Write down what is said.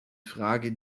frage